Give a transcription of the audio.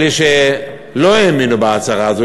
אלה שלא האמינו בהצהרה הזאת,